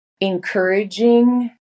encouraging